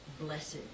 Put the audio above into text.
blessed